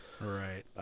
Right